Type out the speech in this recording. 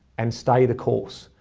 and stay the course.